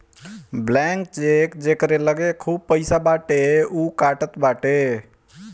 blank cheque जेकरी लगे खूब पईसा बाटे उ कटात बाटे